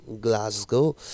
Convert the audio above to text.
Glasgow